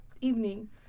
evening